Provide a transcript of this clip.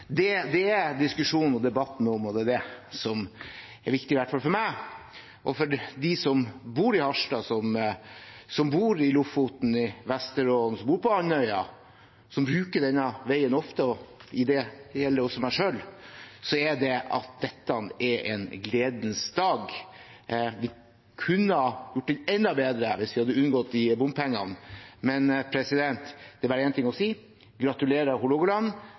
Det som er viktig i hvert fall for meg og for dem som bor i Harstad, i Lofoten, i Vesterålen, på Andøya, og som bruker denne veien ofte, og det gjelder også meg selv, er at dette er en gledens dag. Vi kunne ha gjort den enda bedre hvis vi hadde unngått bompengene. Men det er bare én ting å si: